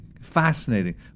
Fascinating